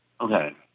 Okay